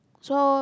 so